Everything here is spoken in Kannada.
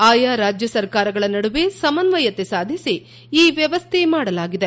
ಆಯಾ ರಾಜ್ಯ ಸರ್ಕಾರಗಳ ನಡುವೆ ಸಮನ್ವಯತೆ ಸಾಧಿಸಿ ಈ ವ್ಯವಸ್ಥೆ ಮಾಡಲಾಗಿದೆ